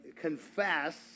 confess